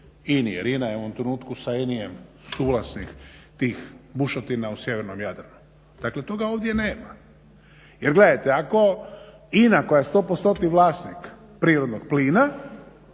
INA-i. Jer INA je u ovom trenutku sa …/Govornik se ne razumije./… suvlasnik tih bušotina u sjevernom Jadranu. Dakle, toga ovdje nema. Jer gledajte ako INA koja je 100%-tni vlasnik prirodnog plina